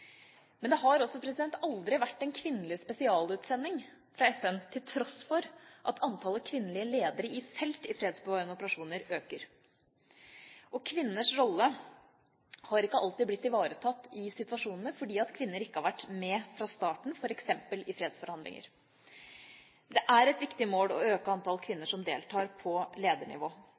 Men det har aldri vært en kvinnelig spesialutsending fra FN, til tross for at antallet kvinnelige ledere i felt i fredsbevarende operasjoner øker. Kvinners rolle har ikke alltid blitt ivaretatt i situasjonene fordi kvinner ikke har vært med fra starten, f.eks. i fredsforhandlinger. Det er et viktig mål å øke antall kvinner som deltar på ledernivå,